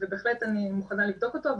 ואני בהחלט מוכנה לבדוק אותו.